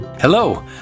Hello